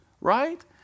Right